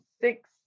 six